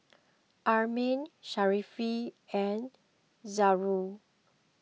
Amrin Sharifah and Zamrud